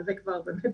אבל זה כבר באמת